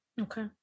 okay